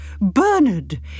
bernard